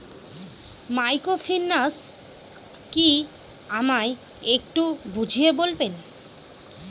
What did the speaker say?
Microfinance কি আমায় একটু বুঝিয়ে বলবেন?